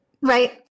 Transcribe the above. Right